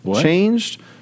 changed